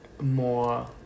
more